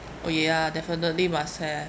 oh ya definitely must have